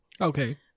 Okay